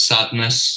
Sadness